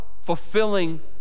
fulfilling